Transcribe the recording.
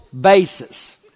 basis